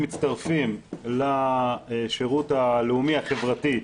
האנשים שמצטרפים לשירות הלאומי החברתי,